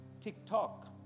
TikTok